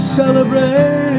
celebrate